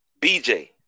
BJ